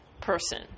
person